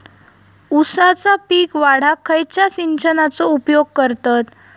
ऊसाचा पीक वाढाक खयच्या सिंचनाचो उपयोग करतत?